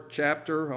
chapter